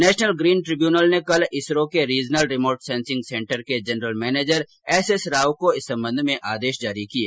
national green tribunal NGT ने कल इसरो के रीजनल रिमोट सेंसिंग सेंटर के जनरल मैनेजर एसएस राव को इस संबंध में आदेश जारी किये